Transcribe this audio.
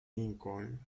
lincoln